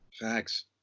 Facts